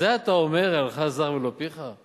הסברתי שרובם עובדי קבלן,